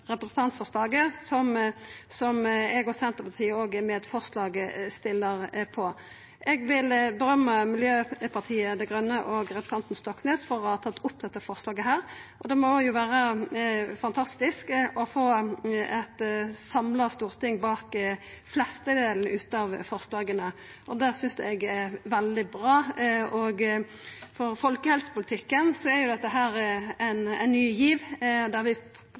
Miljøpartiet Dei Grøne og representanten Stoknes for å ha tatt opp dette forslaget. Det må vera fantastisk å få eit samla storting bak dei fleste av forslaga. Det synest eg er veldig bra. For folkehelsepolitikken er dette ein ny giv, der vi